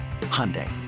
Hyundai